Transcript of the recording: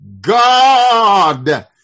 God